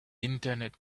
internet